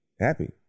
happy